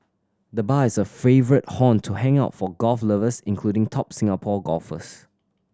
the bar is a favourite haunt to hang out for golf lovers including top Singapore golfers